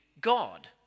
God